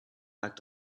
act